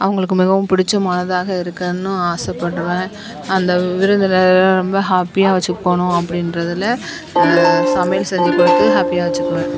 அவர்களுக்கு மிகவும் பிடிச்சமானதாக இருக்கணும்னு ஆசைப்படுவேன் அந்த விருந்தினரை ரொம்ப ஹேப்பியாக வச்சுக்கணும் அப்படின்றதுல சமையல் செஞ்சுக் கொடுத்து ஹேப்பியாக வச்சுக்குவேன்